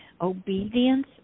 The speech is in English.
obedience